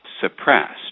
suppressed